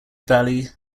valley